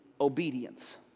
Obedience